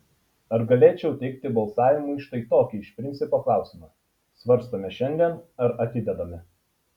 ar galėčiau teikti balsavimui štai tokį iš principo klausimą svarstome šiandien ar atidedame